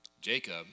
Jacob